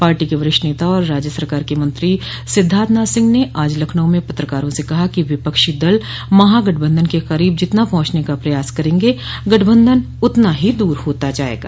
party के वरिष्ठ नेता और राज्य सरकार के मंत्री सिद्धार्थनाथ सिंह ने आज लखनऊ में पत्रकारों से कहा कि विपक्षी दल महागठबंधन के करीब जितना पहुंचने का प्रयास करेंगे गठबंधन उतना ही दूर होता जायेगा